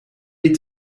die